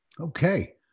Okay